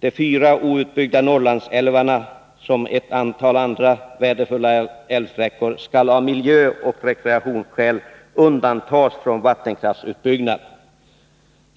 De fyra outbyggda Norrlandsälvarna samt ett antal andra värdefulla älvsträckor skall av miljöoch rekreationsskäl undantas från vattenkraftsutbyggnad.